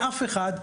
ואף אחד,